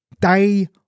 Day